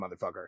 motherfucker